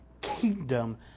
kingdom